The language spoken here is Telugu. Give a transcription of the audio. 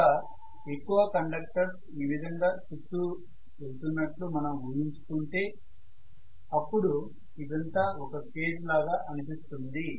ఇంకా ఎక్కువ కండక్టర్స్ ఈ విధంగా చుట్టూ వెళ్తున్నట్లు మనం ఊహించుకుంటే అప్పుడు ఇదంతా ఒక కేజ్ లాగా కనిపిస్తుంది